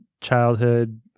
childhood